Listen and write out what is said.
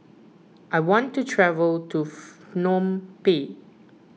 I want to travel to Phnom Penh